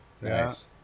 Nice